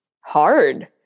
hard